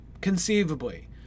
conceivably